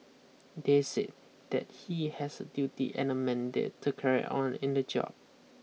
they said that he has a duty and a mandate to carry on in the job